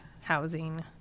housing